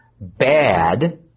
bad